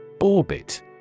Orbit